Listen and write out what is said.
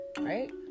right